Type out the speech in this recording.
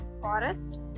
forest